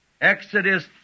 Exodus